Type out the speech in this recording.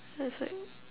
that's like